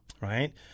right